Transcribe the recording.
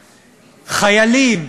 חיילים,